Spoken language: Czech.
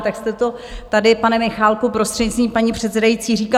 Tak jste to tady, pane Michálku, prostřednictvím paní předsedající, říkal.